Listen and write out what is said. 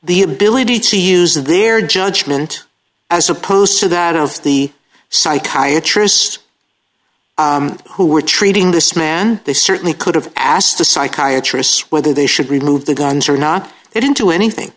the ability to use their judgment as opposed to that of the psychiatry is who were treating this man they certainly could have asked the psychiatry is whether they should remove the guns or not it into anything